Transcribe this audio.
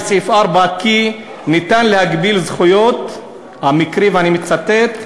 2, סעיף 4, כי ניתן להגביל זכויות, ואני מצטט,